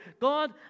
God